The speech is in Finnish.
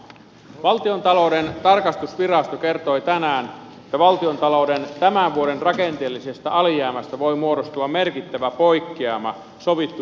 valtiontalouden tarkastusvirasto kertoi tänään että valtiontalouden tämän vuoden rakenteellisesta alijäämästä voi muodostua merkittävä poikkeama sovittuihin pelisääntöihin